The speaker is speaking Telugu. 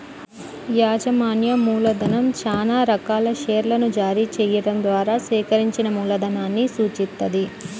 యాజమాన్య మూలధనం చానా రకాల షేర్లను జారీ చెయ్యడం ద్వారా సేకరించిన మూలధనాన్ని సూచిత్తది